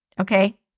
Okay